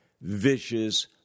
vicious